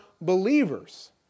believers